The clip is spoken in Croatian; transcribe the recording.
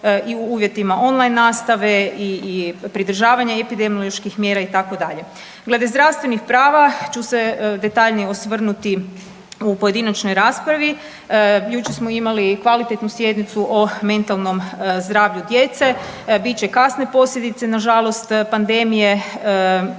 i u uvjetima online nastave i pridržavanja epidemioloških mjera itd. Glede zdravstvenih prava ću se detaljnije osvrnuti u pojedinačnoj raspravi. Jučer smo imali i kvalitetnu sjednicu o mentalnom zdravlju djece. Bit će kasne posljedice na žalost pandemije.